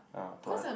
uh to what